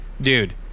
dude